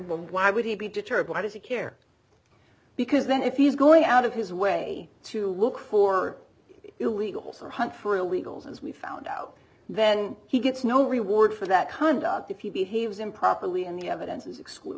why would he be deterred why does he care because then if he's going out of his way to look for illegals and hunt for illegals as we found out then he gets no reward for that conduct if he behaves improperly and the evidence is exclude